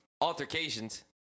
altercations